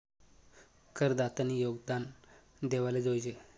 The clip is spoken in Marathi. करदातानी योगदान देवाले जोयजे